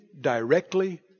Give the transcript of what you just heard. directly